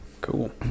Cool